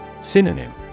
Synonym